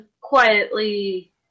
quietly